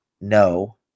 no